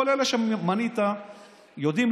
כל אלה שמנית שיודעים,